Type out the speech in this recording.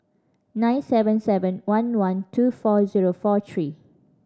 nine seven seven one one two four zero four three